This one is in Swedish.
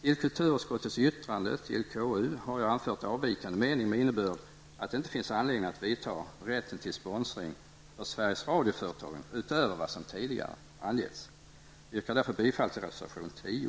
Till kulturutskottets yttrande till KU har jag anfört avvikande mening med innebörd att det inte finns anledning att vidga rätten till sponsring för Sveriges Radio-företagen utöver vad som tidigare angetts. Jag yrkar därför bifall till reservation 10.